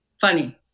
Funny